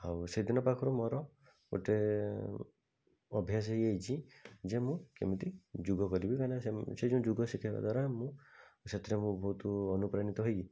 ଆଉ ସେଦିନ ପାଖରୁ ମୋର ଗୋଟେ ଅଭ୍ୟାସ ହେଇଯାଇଛି ଯେ ମୁଁ କେମିତି ଯୋଗ କରିବି କାଇଁ ନା ସେ ଯୋଉ ଯୋଗ ଶିଖେଇବା ଦ୍ୱାରା ମୁଁ ସେଥିରେ ମୁଁ ବହୁତ୍ ଅନୁପ୍ରାଣିତ ହୋଇ